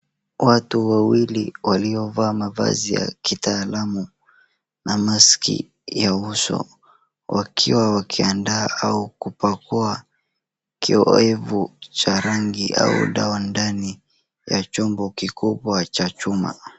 Watu wawili waliovaa mavazi ya kitaalamu na mask ya uso wakiwa wakiandaa au kupakua kiowevu cha rangi au dawa ndani ya chombo kikubwa cha chuma.